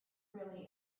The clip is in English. really